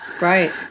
Right